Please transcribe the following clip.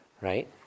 right